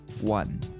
one